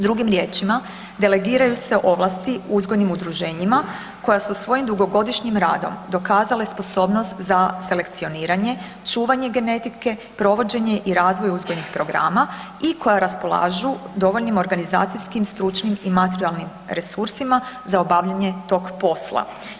Drugim riječima, delegiraju se ovlasti uzgojnim udruženjima koja su svojim dugogodišnjim radom dokazale sposobnost za selekcioniranje, čuvanje genetike, provođenje i razvoj uzgojnih programa i koja raspolažu dovoljnim organizacijskim, stručnim i materijalnim resursima za obavljanje tog posla.